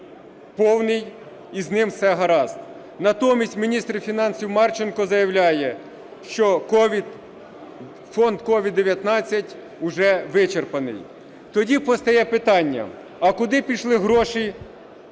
повний і з ним все гаразд. Натомість міністр фінансів Марченко заявляє, що фонд COVID-19 уже вичерпаний. Тоді постає питання: а куди пішли гроші